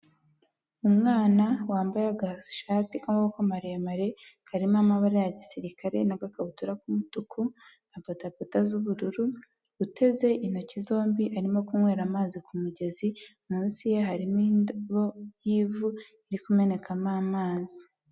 Umwana wambaye agashati k'amaboko maremare karimo amabara ya gisirikare n'agakabutura k'umutuku na bodaboda z'ubururu uteze intoki zombi arimo kunywera amazi ku mugezi munsi ye harimo indobo y'ivu iri kumenekamo amazi.